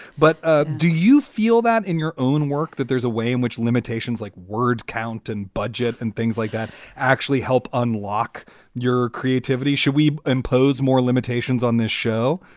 but ah do you feel that in your own work that there's a way in which limitations, like word count and budget and things like that actually help unlock your creativity? should we impose more limitations on this show?